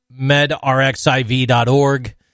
medrxiv.org